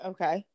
Okay